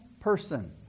person